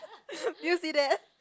did you see that